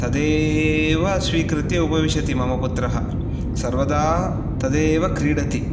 तदेव स्वीकृत्य उपविशति मम पुत्रः सर्वदा तदेव क्रीडति